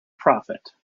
prophet